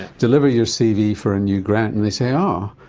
deliver your cv for a new grant and they say, um